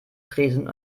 tresen